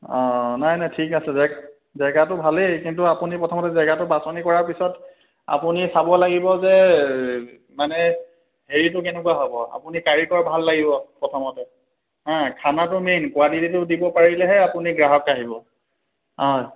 অঁ নাই নাই ঠিক আছে জে জেগাটো ভালেই কিন্তু আপুনি প্ৰথমতে জেগাটো বাচনি কৰাৰ পিছত আপুনি চাব লাগিব যে মানে হেৰিটো কেনেকুৱা হ'ব আপুনি কাৰিকৰ ভাল লাগিব প্ৰথমত হেঁ খানাটো মেইন কুৱালিটিটো দিব পাৰিলেহে আপুনি গ্ৰাহক আহিব অঁ